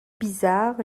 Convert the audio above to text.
bizarre